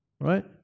Right